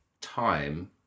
time